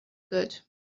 good